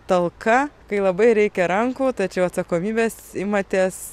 talka kai labai reikia rankų tačiau atsakomybės imatės